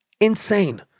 Insane